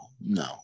No